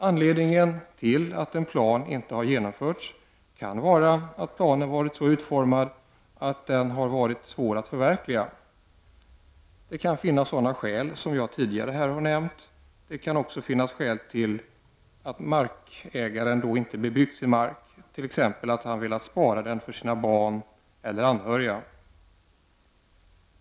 Anledningen till att en plan inte har genomförts kan vara att planen varit så utformad att den har varit svår att förverkliga. Det kan finnas sådana skäl som jag tidigare nämnt. Det kan också finnas skäl till att markägaren inte bebyggt sin mark, t.ex. att han velat spara den för sina barn eller andra anhöriga.